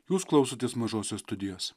jūs klausotės mažosios studijos